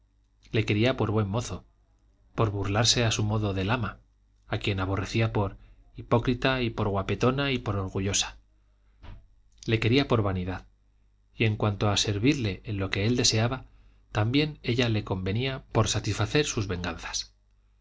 le quería por buen mozo por burlarse a su modo del ama a quien aborrecía por hipócrita por guapetona y por orgullosa le quería por vanidad y en cuanto a servirle en lo que él deseaba también a ella le convenía por satisfacer su